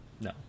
no